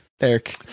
Eric